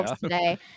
today